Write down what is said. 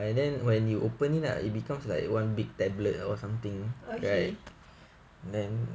okay